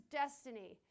destiny